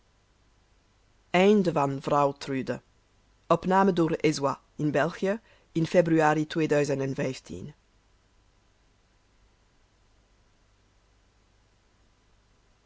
de dood die